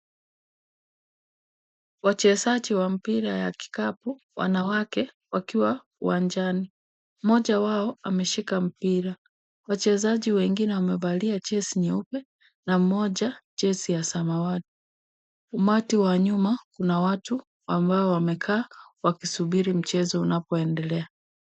Wachezaji wa mpira wa kikapu na wanawake wakiwa uwanjani . Mmoja wao wameshika mpira. Wachezaji wengine wamevalia jezi nyeupe na moja jezi ya samawati. Umati wa nyuma watu wamekaa wakisubiri mchezo na kuendelea.